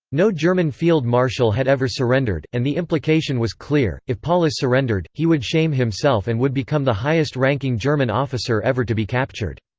no german field marshal had ever surrendered, and the implication was clear if paulus surrendered, he would shame himself and would become the highest ranking german officer ever to be captured.